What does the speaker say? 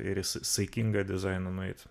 ir į saikingą dizainą nueit